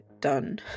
done